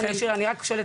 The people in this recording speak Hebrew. אני רק אשאל.